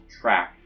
track